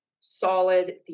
solid